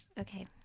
Okay